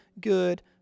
good